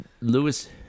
Lewis